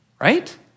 right